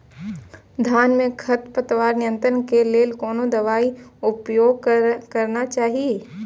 धान में खरपतवार नियंत्रण के लेल कोनो दवाई के उपयोग करना चाही?